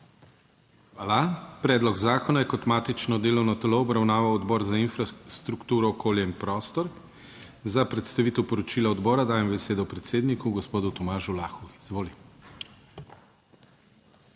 Hvala. Predlog zakona je kot matično delovno telo obravnaval Odbor za infrastrukturo, okolje in prostor. Za predstavitev poročila odbora dajem besedo predsedniku gospodu Tomažu Lahu. Izvolite.